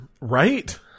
Right